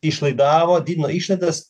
išlaidavo didino išlaidas